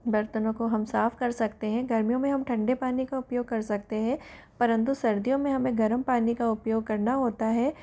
बर्तनों को हम साफ़ कर सकते हैं गर्मियों में हम ठंडे पानी का उपयोग कर सकते हैं परंतु सर्दियों में हमें गर्म पानी का उपयोग करना होता है